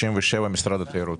פנייה 167, משרד התיירות.